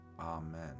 Amen